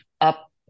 up